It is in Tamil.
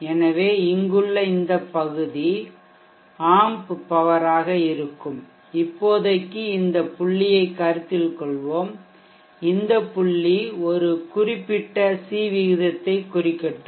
எனவே இங்குள்ள இந்த பகுதி ஆம்ப் பவராக இருக்கும் இப்போதைக்கு இந்த புள்ளிகளைக் கருத்தில் கொள்வோம் இந்த புள்ளி ஒரு குறிப்பிட்ட சி விகிதத்தைக் குறிக்கட்டும்